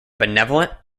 benevolent